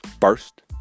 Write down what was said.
First